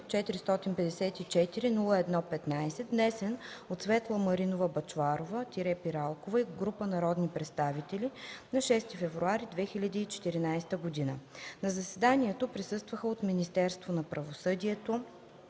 454 01-15, внесен от Светла Маринова Бъчварова-Пиралкова и група народни представители на 6 февруари 2014 г. На заседанието присъстваха от Министерство на правосъдието: